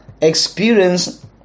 experience